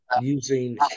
using